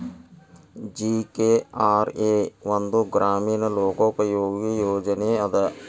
GKRA ಒಂದ ಗ್ರಾಮೇಣ ಲೋಕೋಪಯೋಗಿ ಯೋಜನೆ ಅದ